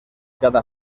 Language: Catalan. cada